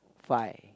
five